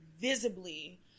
visibly